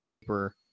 paper